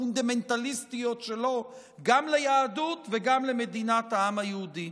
הפונדמנטליסטיות שלו גם ליהדות וגם למדינת העם היהודי.